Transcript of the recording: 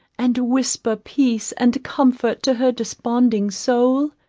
and whisper peace and comfort to her desponding soul?